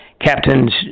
Captains